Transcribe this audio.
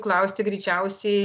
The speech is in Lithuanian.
klausti greičiausiai